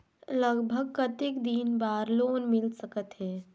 लगभग कतेक दिन बार लोन मिल सकत हे?